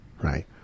right